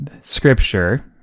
scripture